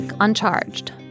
Uncharged